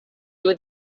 would